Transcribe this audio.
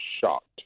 shocked